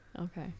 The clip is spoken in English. Okay